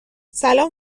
سلام